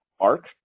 arc